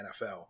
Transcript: NFL